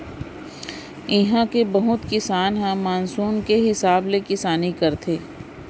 इहां के बहुत किसान ह मानसून के हिसाब ले किसानी करथे